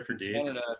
Canada